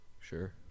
Sure